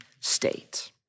state